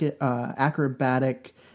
acrobatic